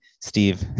steve